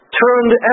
turned